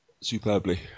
superbly